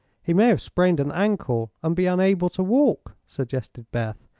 he may have sprained an ankle, and be unable to walk, suggested beth.